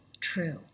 true